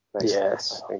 Yes